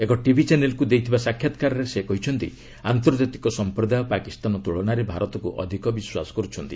ଏକ ଟିଭି ଚ୍ୟାନେଲ୍କୁ ଦେଇଥିବା ସାକ୍ଷାତକାରରେ ସେ କହିଛନ୍ତି ଆନ୍ତର୍ଜାତିକ ସଂପ୍ରଦାୟ ପାକିସ୍ତାନ ତୁଳନାରେ ଭାରତକୁ ଅଧିକ ବିଶ୍ୱାସ କରୁଛନ୍ତି